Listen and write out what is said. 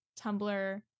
Tumblr